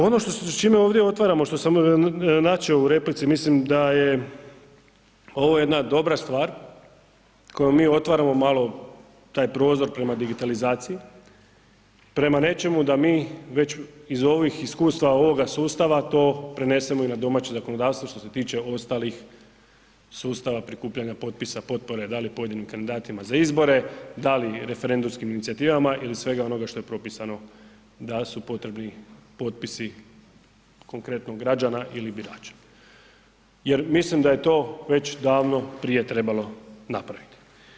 Ono s čime ovdje otvaramo, što sam načeo u replici, mislim da je ovo jedna dobra stvar kojom mi otvaramo malo taj prozor prema digitalizaciji, prema nečemu da mi već iz ovih iskustava, ovoga sustava to prenesemo i na domaće zakonodavstvo što se tiče ostalih sustava prikupljanja potpisa, potpore da li pojedinim kandidatima za izbore, da li referendumskim inicijativa ili svega onoga što je propisano da su potrebni potpisi konkretno građana ili birača jer mislim da je to već davno prije trebalo napraviti.